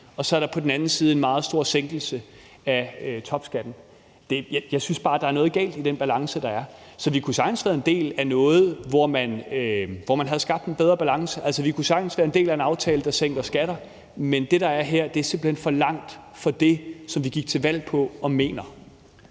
og så er der på den anden side en meget stor sænkelse af topskatten. Jeg synes bare, der er noget galt med den balance, der er. Så vi kunne sagtens have været en del af noget, hvor man havde skabt en bedre balance. Altså, vi kunne sagtens være en del af en aftale, der sænker skatter, men det, der er her, er simpelt hen for langt fra det, som vi gik til valg på og mener.